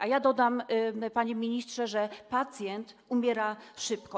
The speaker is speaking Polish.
A ja dodam, panie ministrze, że pacjent umiera szybko.